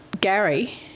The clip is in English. Gary